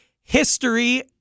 history